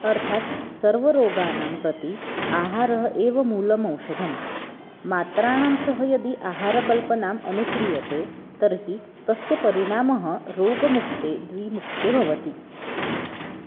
अर्थात् सर्वरोगाणां प्रति आहारः एव मूलम् औषधं मात्राणां सह यदि आहारकल्पना अनुस्रियते तर्हि तस्य परिणामः रोगमुक्ते द्विमुक्ते भवति